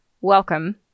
welcome